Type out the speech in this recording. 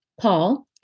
Paul